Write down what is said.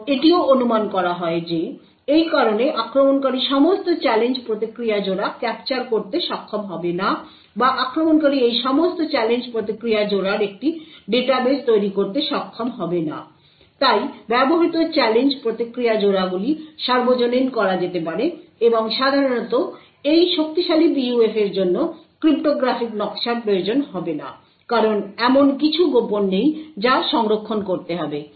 এবং এটিও অনুমান করা হয় যে এই কারণে আক্রমণকারী সমস্ত চ্যালেঞ্জ প্রতিক্রিয়া জোড়া ক্যাপচার করতে সক্ষম হবে না বা আক্রমণকারী এই সমস্ত চ্যালেঞ্জ প্রতিক্রিয়া জোড়ার একটি ডাটাবেস তৈরি করতে সক্ষম হবে না তাই ব্যবহৃত চ্যালেঞ্জ প্রতিক্রিয়া জোড়াগুলি সর্বজনীন করা যেতে পারে এবং সাধারণত এই শক্তিশালী PUF এর জন্য ক্রিপ্টোগ্রাফিক নকশার প্রয়োজন হবে না কারণ এমন কিছু গোপন নেই যা সংরক্ষণ করতে হবে